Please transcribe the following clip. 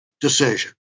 decision